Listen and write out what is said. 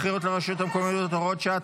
הבחירות לרשויות המקומיות (הוראת שעה),